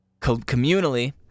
communally